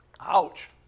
Ouch